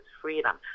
Freedom